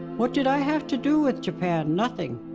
what did i have to do with japan? nothing.